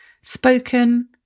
Spoken